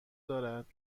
دارد